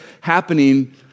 happening